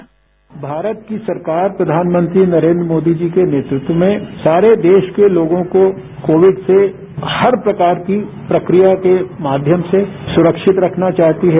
sound bite Bharat की सरकार प्रधानमंत्री नरेन्द्र मोदी जी के नेतृत्व में सारे देश के लोगों को कोविड से हर प्रकार की प्रक्रिया के माध्यम से सुरक्षित रखना चाहती है